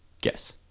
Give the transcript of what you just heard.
guess